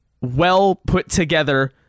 well-put-together